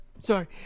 sorry